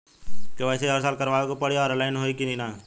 KYC हर साल करवावे के पड़ी और ऑनलाइन होई की ना?